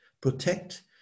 protect